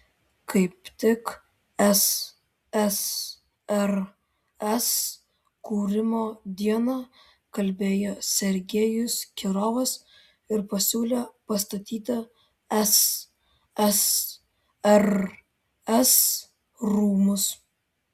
kaip tik ssrs kūrimo dieną kalbėjo sergejus kirovas ir pasiūlė pastatyti ssrs rūmus